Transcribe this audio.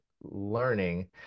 learning –